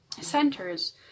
centers